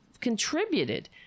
contributed